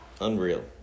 Unreal